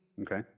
Okay